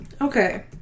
Okay